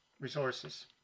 resources